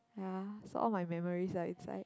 ya so all my memories are all inside